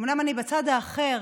אומנם אני בצד האחר